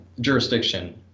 jurisdiction